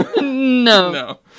No